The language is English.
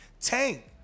Tank